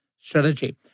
strategy